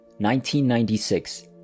1996